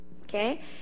okay